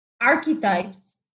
archetypes